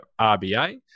RBA